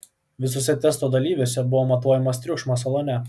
visuose testo dalyviuose buvo matuojamas triukšmas salone